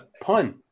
pun